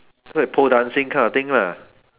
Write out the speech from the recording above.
pole dancing kind of thing lah